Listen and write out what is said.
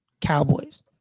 Cowboys